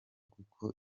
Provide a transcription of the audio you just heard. kuko